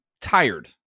tired